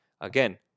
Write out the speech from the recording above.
Again